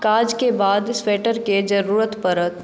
काजके बाद स्वेटरके जरूरत पड़त